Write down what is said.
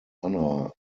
honour